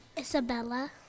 Isabella